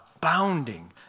Abounding